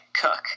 cook